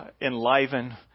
enliven